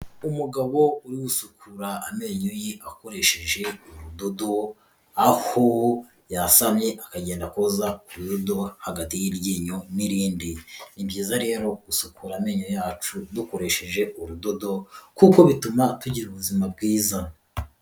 Umugabo uri gusukura amenyo ye akoresheje urudodobo aho yashamye akagenda akoza ururudo hagati y'iryinyo n'irindi, ni byiza rero gusukura amenyo yacu dukoresheje urudodo kuko bituma tugira ubuzima bwiza.